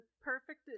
perfect